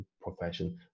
profession